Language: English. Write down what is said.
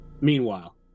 Meanwhile